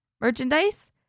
merchandise